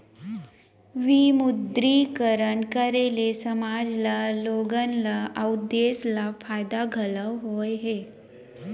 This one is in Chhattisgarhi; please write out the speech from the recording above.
विमुद्रीकरन करे ले समाज ल लोगन ल अउ देस ल फायदा घलौ होय हे